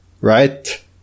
right